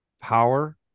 Power